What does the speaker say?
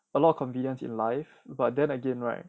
a lot of convenience in life but then again right